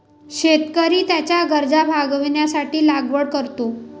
शेतकरी त्याच्या गरजा भागविण्यासाठी लागवड करतो